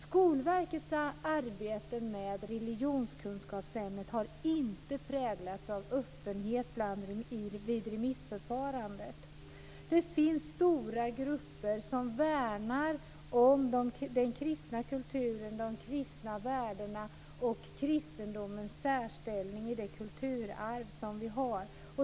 Skolverkets arbete med religionskunskapsämnet har inte präglats av öppenhet vid remissförfarandet. Det finns stora grupper som värnar om den kristna kulturen, de kristna värdena och kristendomens särställning i det kulturarv som vi har.